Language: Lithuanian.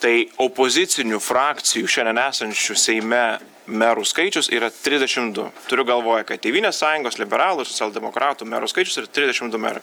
tai opozicinių frakcijų šiandien esančių seime merų skaičius yra trisdešim du turiu galvoj kad tėvynės sąjungos liberalų ir socialdemokratų merų skaičius yra trisdešim du merai